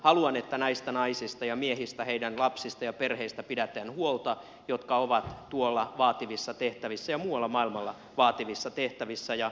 haluan että näistä naisista ja miehistä heidän lapsista ja perheistä pidätte huolta jotka ovat muualla maailmalla vaativissa tehtävissä sekä heidän lapsistaan ja perheistään pidetään huolta